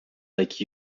like